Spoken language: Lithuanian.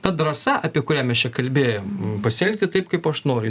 ta drąsa apie kurią mes čia kalbėjom pasielgti taip kaip aš noriu